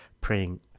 praying